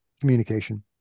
communication